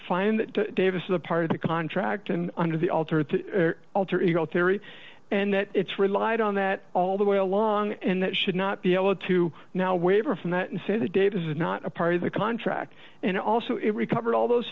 find that davis is a part of the contract and under the altered alter ego theory and that it's relied on that all the way along and that should not be able to now waiver from that and say that davis is not a part of the contract and also it recovered all those